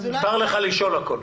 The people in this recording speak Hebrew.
מותר לך לשאול הכול.